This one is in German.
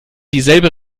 dieselbe